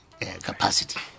capacity